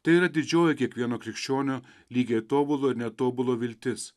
tai yra didžioji kiekvieno krikščionio lygiai tobulo ir netobulo viltis